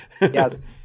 Yes